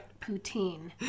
poutine